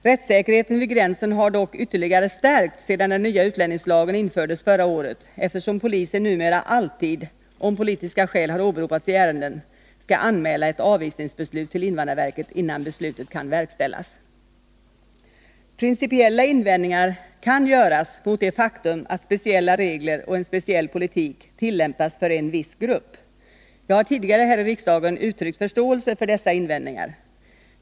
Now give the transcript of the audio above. Rättssäkerheten vid gränsen har dock ytterligare stärkts sedan den nya utlänningslagen infördes förra året, eftersom polisen numera alltid — om politiska skäl har åberopats i ärendet — skall anmäla ett avvisningsbeslut till invandrarverket innan beslutet kan verkställas. Principiella invändningar kan göras mot det faktum att speciella regler och en speciell politik tillämpas för en viss grupp. Jag har tidigare här i riksdagen uttryckt förståelse för dessa invändningar.